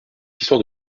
histoire